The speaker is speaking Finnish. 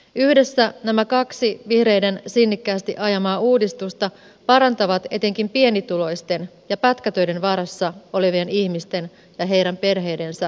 yhdessä nämä kaksi vihreiden sinnikkäästi ajamaa uudistusta parantavat etenkin pienituloisten ja pätkätöiden varassa olevien ihmisten ja heidän perheidensä asemaa